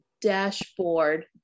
dashboard